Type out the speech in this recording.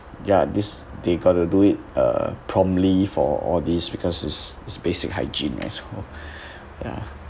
ya this they got to do it uh promptly for all these because it's it's basic hygiene as well ya